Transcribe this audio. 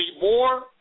more